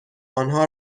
انها